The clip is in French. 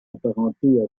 apparentée